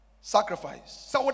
Sacrifice